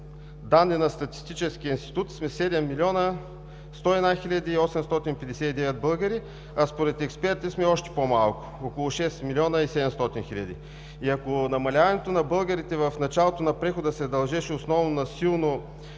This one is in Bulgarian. данни на Статистическия институт сме 7 млн. 101 хил. 859 българи, а според експерти сме още по-малко – около 6 милиона 700 хиляди. И ако намаляването на българите в началото на прехода се дължеше основно на силно